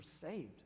saved